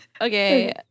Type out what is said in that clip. okay